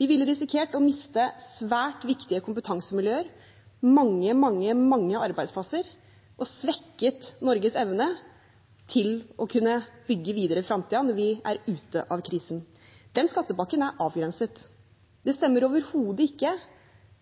Vi ville risikert å miste svært viktige kompetansemiljøer, mange, mange arbeidsplasser og svekke Norges evne til å kunne bygge videre i fremtiden, når vi er ute av krisen. Den skattepakken er avgrenset. Det stemmer overhodet ikke,